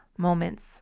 moments